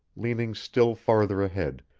leaning still farther ahead,